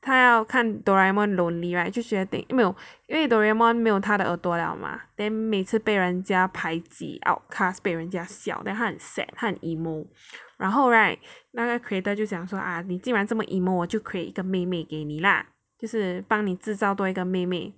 他要看 Doraemon lonely right 就决定没有因为 Doraemon 没有他的耳朵了嘛 then 每次被人家排挤 outcast 被人家笑 then 他很 sad 他很 emo 然后 right 那个 creator 就想说 ah 你竟然这么 emo 我就 create 一个妹妹给你 lah 就是帮你制造多一个妹妹